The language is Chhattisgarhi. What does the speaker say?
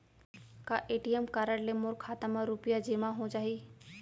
का ए.टी.एम कारड ले मोर खाता म रुपिया जेमा हो जाही?